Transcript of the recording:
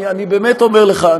אני באמת אומר לך,